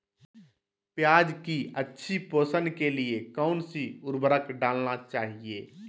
प्याज की अच्छी पोषण के लिए कौन सी उर्वरक डालना चाइए?